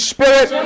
Spirit